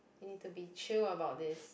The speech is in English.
you need to be chill about this